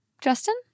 Justin